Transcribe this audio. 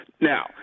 Now